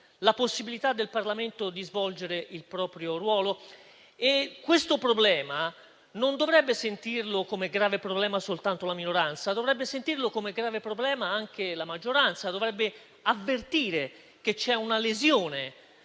la possibilità del Parlamento di svolgere il proprio ruolo. Questo problema non dovrebbe sentirlo come grave soltanto la minoranza, ma dovrebbe sentirlo come grave anche la maggioranza, che dovrebbe avvertire che c'è una lesione